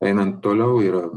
einant toliau yra